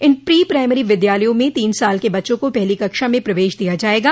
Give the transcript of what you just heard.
इन pre primary विद्यालयों में तीन साल के बच्चों को पहली कक्षा में प्रवेश दिया जायेगा